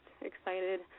excited